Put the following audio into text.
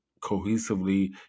cohesively